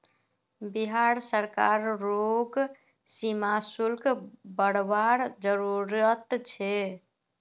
बिहार सरकार रोग सीमा शुल्क बरवार जरूरत छे